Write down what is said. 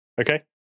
Okay